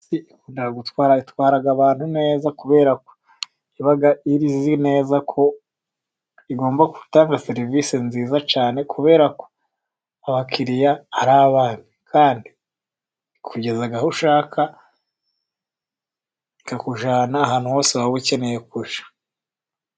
Imodoka itwara abantu neza kubera ko iba izi neza ko igomba gutanga serivisi nziza cyane kubera ko abakiriya ari abana kandi ikugeza aho ushaka ikakujyana ahantu hose waba ukeneye kujya.